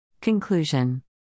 Conclusion